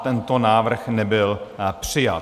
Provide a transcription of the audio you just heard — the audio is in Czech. Tento návrh nebyl přijat.